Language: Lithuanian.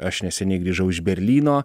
aš neseniai grįžau iš berlyno